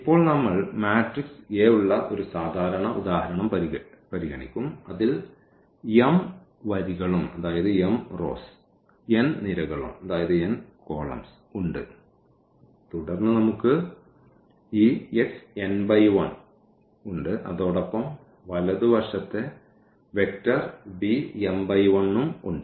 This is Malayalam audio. ഇപ്പോൾ നമ്മൾ മാട്രിക്സ് A ഉള്ള ഒരു സാധാരണ ഉദാഹരണം പരിഗണിക്കും അതിൽ m വരികളും n നിരകളും ഉണ്ട് തുടർന്ന് നമുക്ക് ഈ ഉണ്ട് അതോടൊപ്പം വലതുവശത്തെ വെക്റ്റർ ഉം ഉണ്ട്